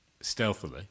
stealthily